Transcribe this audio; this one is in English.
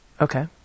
Okay